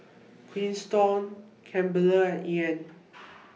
Quinton Kimber and Ean